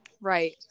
Right